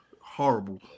horrible